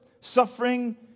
suffering